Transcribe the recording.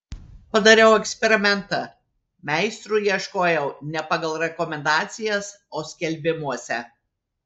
padariau eksperimentą meistrų ieškojau ne pagal rekomendacijas o skelbimuose